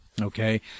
Okay